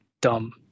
dumb